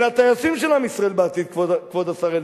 הם הטייסים של עם ישראל בעתיד, כבוד השר אלדד.